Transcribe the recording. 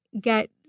get